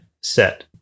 set